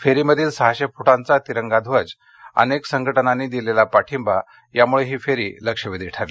फेरीमधील सहाशे फुटांचा तिरंगा ध्वज अनेक संघटनांनी दिलेला पाठींबा यामुळ ही फेरी लक्षवेधी ठरली